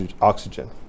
oxygen